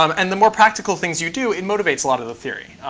um and the more practical things you do, it motivates a lot of the theory.